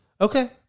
Okay